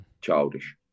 childish